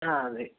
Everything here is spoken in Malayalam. ആ അതെ